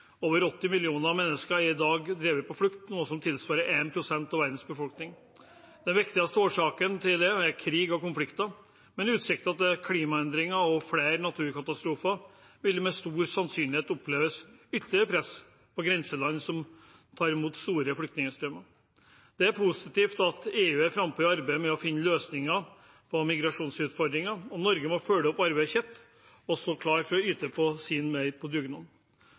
Over 80 millioner mennesker er i dag drevet på flukt, noe som tilsvarer 1 pst. av verdens befolkning. Den viktigste årsaken til det er krig og konflikter, men utsikter til klimaendringer og flere naturkatastrofer vil med stor sannsynlighet oppleves som ytterligere press på grenseland som tar imot store flyktningstrømmer. Det er positivt at EU er frampå i arbeidet med å finne løsninger på migrasjonsutfordringene, og Norge må følge opp arbeidet sitt og stå klar til å yte